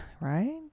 right